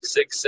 six